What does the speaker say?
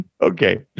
Okay